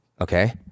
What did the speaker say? Okay